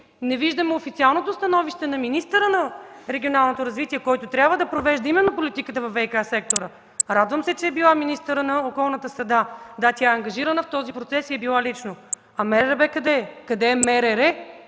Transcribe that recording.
не виждаме официалното становище на министъра на регионалното развитие, който трябва да провежда именно политиката във ВиК-сектора. Радвам се, че е била министъра на околната среда – да, тя е ангажирана в този процес и е била лично. А МРРБ къде е? Къде е МРР